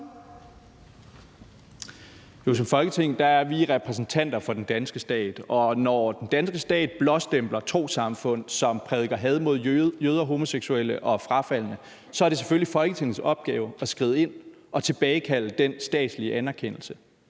Som Folketing er vi repræsentanter for den danske stat, og når den danske stat blåstempler trossamfund, som prædiker had mod jøder, homoseksuelle og frafaldne, så er det selvfølgelig Folketingets opgave at skride ind og tilbagekalde den statslige anerkendelse.